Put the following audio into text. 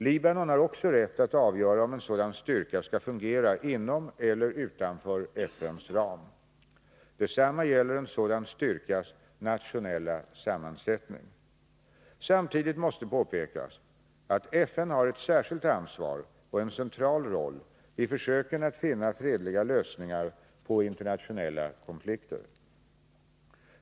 Libanon har också rätt att avgöra om en sådan styrka skall fungera inom eller utanför FN:s ram. Detsamma gäller en sådan styrkas nationella sammansättning. Samtidigt måste påpekas att FN har ett särskilt ansvar och en central roll i försöken att finna fredliga lösningar på internationella konflikter.